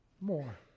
more